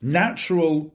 natural